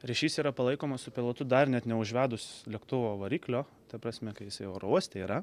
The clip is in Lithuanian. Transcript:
ryšys yra palaikomas su pilotu dar net neužvedus lėktuvo variklio ta prasme kai jisai oro uoste yra